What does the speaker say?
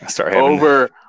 over